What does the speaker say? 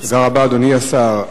תודה רבה, אדוני השר,